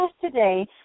today